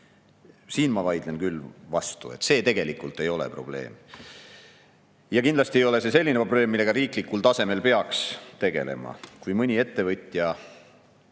Siin ma vaidlen küll vastu, et see tegelikult ei ole probleem. Ja kindlasti ei ole see selline probleem, millega riiklikul tasemel peaks tegelema. Kui mõni ettevõtja